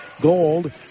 Gold